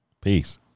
Peace